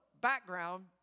background